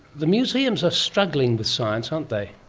the museums are struggling with science, aren't they.